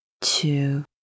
two